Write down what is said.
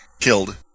killed